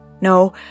No